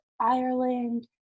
Ireland